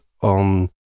on